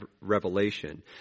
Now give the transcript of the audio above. Revelation